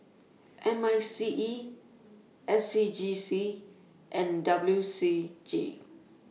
M I C E S C G C and W C G